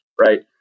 right